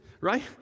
right